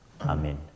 amen